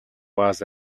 was